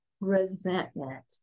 resentment